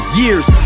years